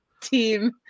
Team